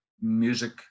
music